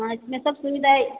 हाँ इस में सब सुविधा है